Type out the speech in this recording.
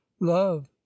love